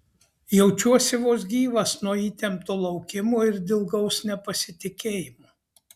jaučiausi vos gyvas nuo įtempto laukimo ir dilgaus nepasitikėjimo